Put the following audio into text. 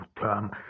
term